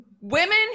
women